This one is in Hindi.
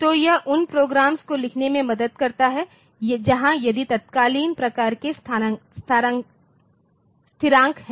तो यह उन प्रोग्राम्स को लिखने में मदद करता है जहां यदि तत्कालीन प्रकार के स्थिरांक हैं